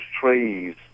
trees